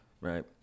Right